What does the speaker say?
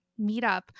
meetup